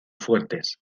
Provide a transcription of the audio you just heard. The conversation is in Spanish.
fuertes